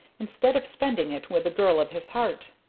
instead of spending it with the girl of his heart.